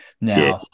Now